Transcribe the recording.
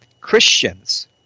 Christians